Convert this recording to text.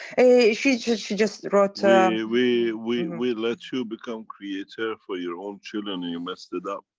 she just. she just wrote and we, we, we, we let you become creator for your own children, and you messed it up.